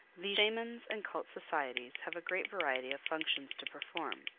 these shamans and cult societies have a great variety of functions to perform.